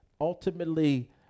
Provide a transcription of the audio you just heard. ultimately